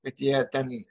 kad jie ten